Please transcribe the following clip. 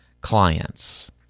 clients